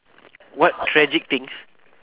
what tragic things